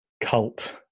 cult